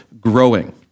growing